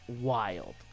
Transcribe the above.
wild